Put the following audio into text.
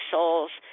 Souls